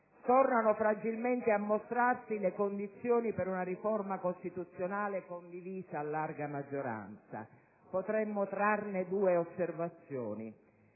tornano fragilmente a mostrarsi le condizioni per una riforma costituzionale condivisa a larga maggioranza. Potremmo trarne due osservazioni: